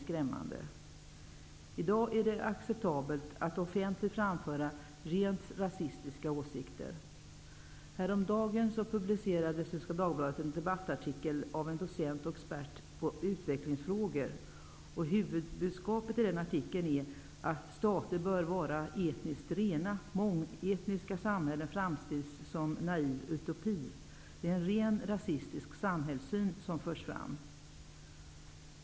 I dag är det acceptabelt att offentligt framföra rent rasistiska åsikter. Häromdagen publicerade Svenska Dagbladet en debattartikel av en docent och expert på utvecklingsfrågor. Huvudbudskapet i artikeln är att stater bör vara etniskt rena -- mångetniska samhällen framställs som en naiv utopi. Det är en rent rasistisk samhällssyn som förs fram.